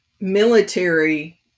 military